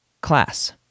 class